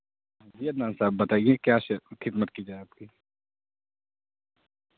جی عدنان صاحب بتائیے کیا خدمت کی جائے آپ کی